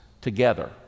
together